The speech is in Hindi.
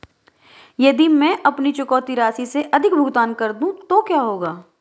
यदि मैं अपनी चुकौती राशि से अधिक भुगतान कर दूं तो क्या होगा?